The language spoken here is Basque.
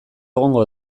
egongo